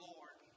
Lord